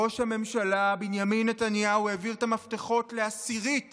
ראש הממשלה בנימין נתניהו העביר את המפתחות לעשירית